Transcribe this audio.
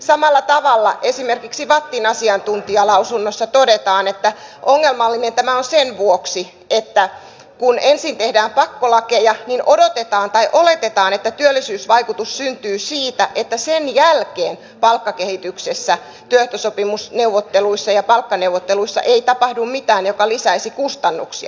samalla tavalla esimerkiksi vattin asiantuntijalausunnossa todetaan että ongelmallinen tämä on sen vuoksi että kun ensin tehdään pakkolakeja niin odotetaan tai oletetaan että työllisyysvaikutus syntyy siitä että sen jälkeen palkkakehityksessä työehtosopimusneuvotteluissa ja palkkaneuvotteluissa ei tapahdu mitään mikä lisäisi kustannuksia